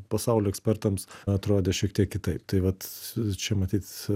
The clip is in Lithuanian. pasaulio ekspertams atrodė šiek tiek kitaip tai vat čia matyt